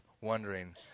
wondering